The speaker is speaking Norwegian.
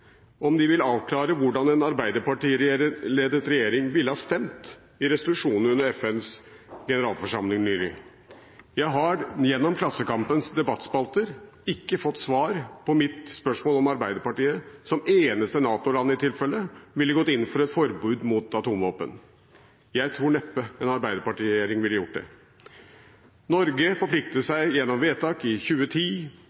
om de vil avklare hvordan en arbeiderpartiledet regjering ville ha stemt i resolusjonen under FNs generalforsamling nylig. Jeg har gjennom Klassekampens debattspalter ikke fått svar på mitt spørsmål om Arbeiderpartiet ville gått inn for et forbud mot atomvåpen – Norge ville i tilfelle vært eneste NATO-land. Jeg tror neppe en arbeiderpartiregjering ville gjort det. Norge forpliktet seg gjennom vedtak i 2010